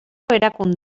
erakunde